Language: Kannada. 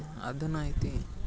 ಅದನ್ನು ಐತಿ